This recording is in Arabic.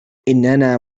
إننا